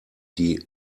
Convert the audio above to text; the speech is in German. die